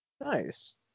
nice